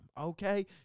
okay